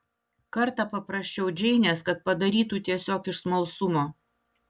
kartą paprašiau džeinės kad padarytų tiesiog iš smalsumo